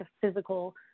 physical